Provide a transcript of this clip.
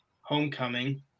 homecoming